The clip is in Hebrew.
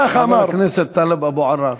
כך אמר, חבר הכנסת טלב אבו עראר,